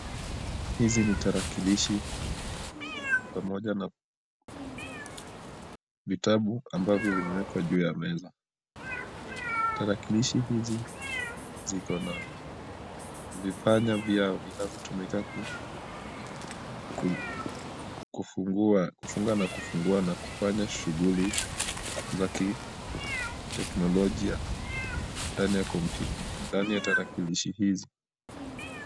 Hizi ni tarakilishi pamoja na vitabu ambavyo vimewekwa juu ya meza. Tarakilishi hizi ziko na vipanya vyao vinavyotumika kufunga na kufungua na kufanya shughuli za kiteknolojia ndani ya tarakilishi hizi.